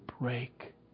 break